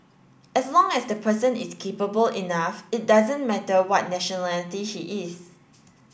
as long as the person is capable enough it doesn't matter what nationality he is